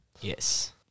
Yes